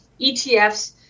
ETFs